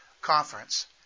conference